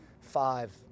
five